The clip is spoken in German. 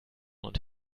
und